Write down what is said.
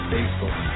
Facebook